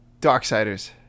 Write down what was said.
Darksiders